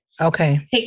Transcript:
Okay